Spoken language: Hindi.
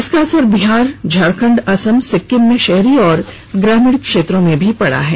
इसका असर बिहार झारखंड असम सिक्किम में शहरी एवं ग्रामीण क्षेत्रों में भी पड़ा है